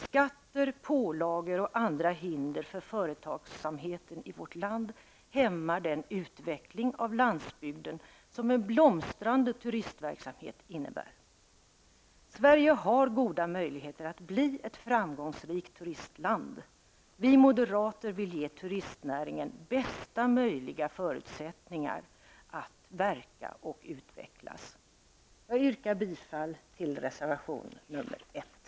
Skatter, pålagor och andra hinder för företagsamheten i vårt land hämmar den utveckling av landsbygden som en blomstrande turistverksamhet innebär. Sverige har goda möjligheter att bli ett framgångsrikt turistland. Vi moderater vill ge turistnäringen bästa möjliga förutsättningar att verka och utvecklas. Jag yrkar bifall till reservation 1.